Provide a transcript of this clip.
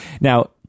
Now